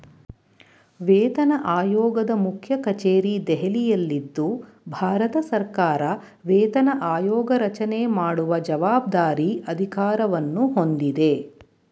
ವೇತನಆಯೋಗದ ಮುಖ್ಯಕಚೇರಿ ದೆಹಲಿಯಲ್ಲಿದ್ದು ಭಾರತಸರ್ಕಾರ ವೇತನ ಆಯೋಗರಚನೆ ಮಾಡುವ ಜವಾಬ್ದಾರಿ ಅಧಿಕಾರವನ್ನು ಹೊಂದಿದೆ